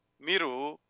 Miru